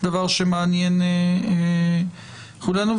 דבר שמעניין את כולנו.